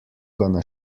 gonna